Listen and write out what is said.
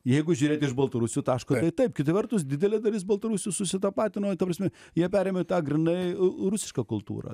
jeigu žiūrėt iš baltarusių taško taip kita vertus didelė dalis baltarusių susitapatino ta prasme jie perėmė tą grynai rusišką kultūrą